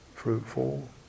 fruitful